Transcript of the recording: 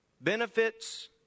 benefits